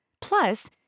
Plus